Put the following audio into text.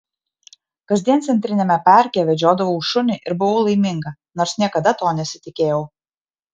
kasdien centriniame parke vedžiodavau šunį ir buvau laiminga nors niekada to nesitikėjau